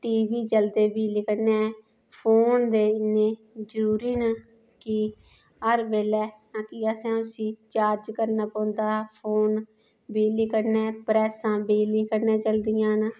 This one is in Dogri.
टी वी चलते बिजली कन्नै फोन ते इन्ने जरूरी न कि हर बैल्ले तां कि असें उसी चार्ज करना पौंदा फोन बिजली कन्नै प्रैसां बिजली कन्नै चलदियां न